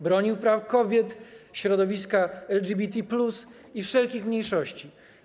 Bronił praw kobiet, środowiska LGBT+ i wszelkich mniejszości.